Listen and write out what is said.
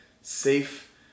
safe